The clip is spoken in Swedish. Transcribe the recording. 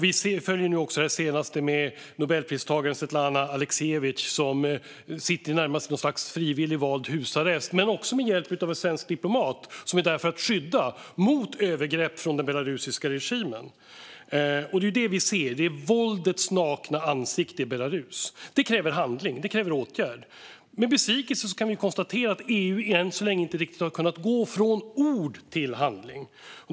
Vi ser det senast med Nobelpristagaren Svetlana Aleksijevitj som sitter i något som närmast kan liknas vid en frivilligt vald husarrest. Hon gör det bland annat med hjälp av en svensk diplomat, som är där för att skydda henne mot övergrepp från den belarusiska regimen. Det är detta vi ser i Belarus: våldets nakna ansikte. Det här kräver handling och åtgärd. Med besvikelse kan vi konstatera att EU än så länge inte riktigt har kunnat gå från ord till handling.